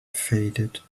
faded